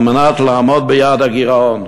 על מנת לעמוד ביעד הגירעון.